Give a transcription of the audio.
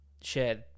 share